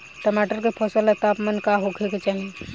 टमाटर के फसल ला तापमान का होखे के चाही?